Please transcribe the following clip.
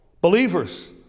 believers